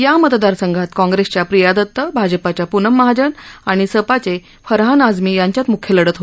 या मतदारसंघात काँग्रेसच्या प्रिया दत भाजपाच्या पूनम महाजन आणि सपाचे फरहान आझमी यांच्यात म्ख्य लढत होत आहे